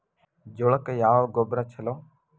ಜೋಳಕ್ಕ ಯಾವ ಗೊಬ್ಬರ ಛಲೋ?